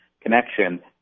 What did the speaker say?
connection